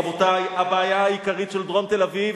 רבותי, הבעיה העיקרית של דרום תל-אביב